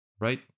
right